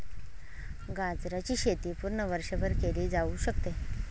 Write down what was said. गाजराची शेती पूर्ण वर्षभर केली जाऊ शकते